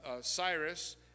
Cyrus